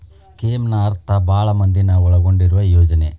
ಸ್ಕೇಮ್ನ ಅರ್ಥ ಭಾಳ್ ಮಂದಿನ ಒಳಗೊಂಡಿರುವ ಯೋಜನೆ